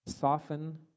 soften